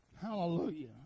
Hallelujah